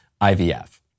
IVF